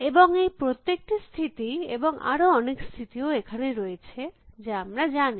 এবং এই প্রত্যেকটি স্থিতি এবং আরো অনেক স্থিতিও এখানে রয়েছে যা আমরা জানি